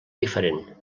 diferent